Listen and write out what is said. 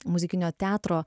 muzikinio teatro